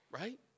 right